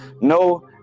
no